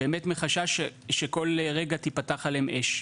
באמת מחשש שכל רגע תפתח עליהם אש.